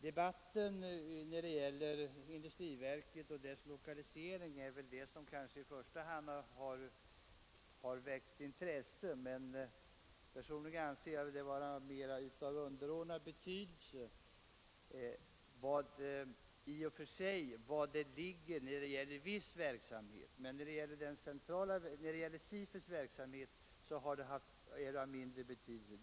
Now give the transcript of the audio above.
Debatten om industriverket och dess lokalisering är väl det som i första hand har väckt intresse, men när det gäller SIFU:s verksamhet anser jag det personligen vara av mera underordnad betydelse var verket är beläget.